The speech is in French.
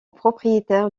propriétaire